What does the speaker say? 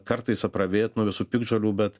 kartais apravėt nuo visų piktžolių bet